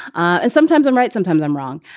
and sometimes i'm right. sometimes i'm wrong.